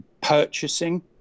purchasing